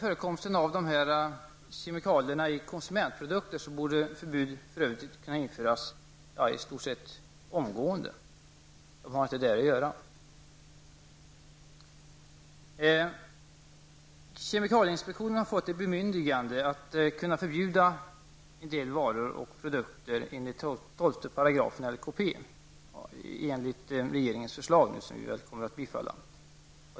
Förbudet mot dessa kemikalier i konsumentprodukter borde förbjudas i stort sett omgående; de har inte där att göra. Kemikalieinspektionen har fått ett bemyndigande att förbjuda en del varor och produkter enligt § 12 LKP enligt regeringens förslag, som väl riksdagen kommer att bifalla.